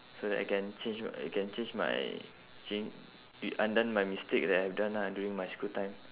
so that I can change my I can change my chang~ undone my mistake that I've done lah during my school time